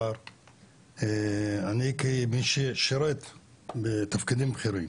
אני כמי ששירת בתפקידים בכירים,